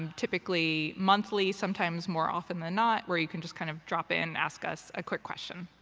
typically monthly, sometimes more often than not where you can just kind of drop in, ask us a quick question.